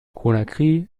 conakry